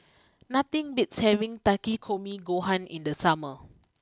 nothing beats having Takikomi Gohan in the summer